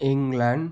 England